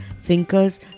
thinkers